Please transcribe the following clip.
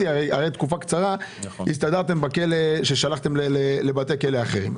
תקופה קצרה הסתדרתם כך ששלחתם את האסירים לבתי כלא אחרים.